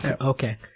Okay